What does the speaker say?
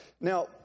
Now